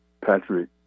Patrick